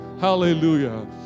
Hallelujah